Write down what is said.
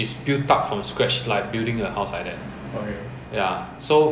the cost increase tremendously ah if you put a body onto it